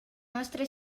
nostre